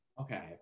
Okay